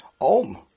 Om